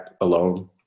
alone